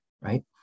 right